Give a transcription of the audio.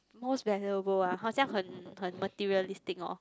most valuable ah 好像很 materialistic hor